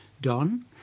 Don